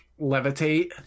levitate